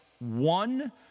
one